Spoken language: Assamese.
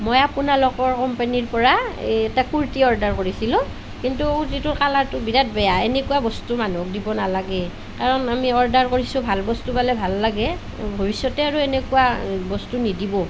মই আপোনালোকৰ কোম্পানীৰ পৰা এই এটা কুৰ্তি অৰ্ডাৰ কৰিছিলোঁ কিন্তু যিটো কালাৰটো বিৰাট বেয়া এনেকুৱা বস্তু মানুহক দিব নালাগে কাৰণ আমি অৰ্ডাৰ কৰিছোঁ ভাল বস্তু পালে ভাল লাগে ভৱিষ্যতে আৰু এনেকুৱা বস্তু নিদিব